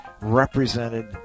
represented